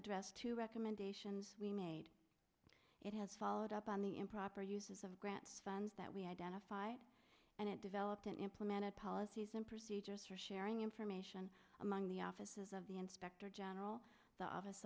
addressed two recommendations we made it has followed up on the improper use of grant funds that we identified and it developed and implemented policies and procedures for sharing information among the offices of the inspector general the office